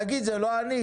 אז הוא יגיד: זה לא אני.